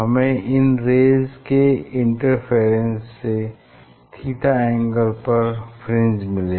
हमें इन रेज़ के इंटरफेरेंस से थीटा एंगल पर फ्रिंज मिलेगी